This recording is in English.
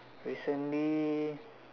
recently